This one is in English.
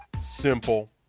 simple